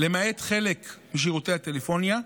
למעט חלק משירותי הטלפוניה.